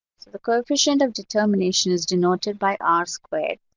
so the coefficient of determination is denoted by r squared.